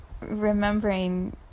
remembering